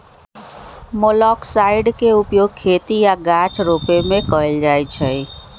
मोलॉक्साइड्स के उपयोग खेती आऽ गाछ रोपे में कएल जाइ छइ